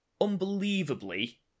unbelievably